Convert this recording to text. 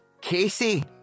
Casey